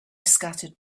scattered